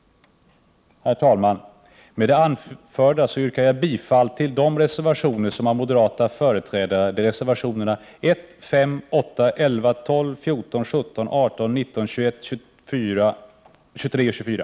Herr talman! Med det anförda yrkar jag bifall till de reservationer som har moderata företrädare, reservationerna 1, 5, 8, 11, 12, 14, 17, 18, 19, 21, 23 och 24.